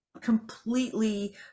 completely